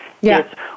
Yes